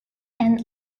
and